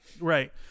Right